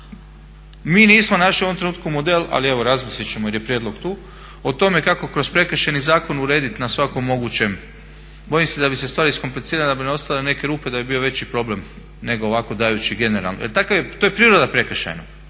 Mi nismo našli u ovom trenutku model ali evo razmislit ćemo jer je prijedlog tu. O tome kako kroz Prekršajni zakon urediti na svakom mogućem, bojim se da bi se stvar iskomplicirala, da bi nam ostale neke rupe, da bi bio veći problem nego ovako dajući generalno. Jer to je priroda prekršajnog.